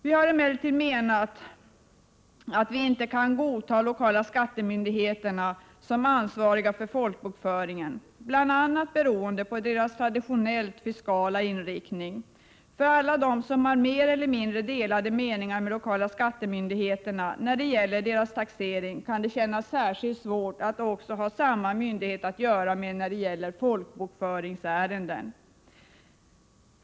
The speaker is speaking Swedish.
Vi kan inte godta lokala skattemyndigheterna som ansvariga för folkbokföringen, bl.a. beroende på deras traditionellt fiskala inriktning. För alla dem som har mer eller mindre delade meningar med den lokala skattemyndigheten om taxeringen kan det kännas särskilt svårt att ha med samma myndighet att göra också i folkbokföringsärenden.